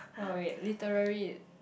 oh wait literary